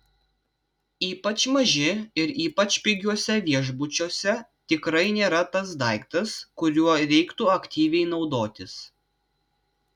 ypač maži ir ypač pigiuose viešbučiuose tikrai nėra tas daiktas kuriuo reiktų aktyviai naudotis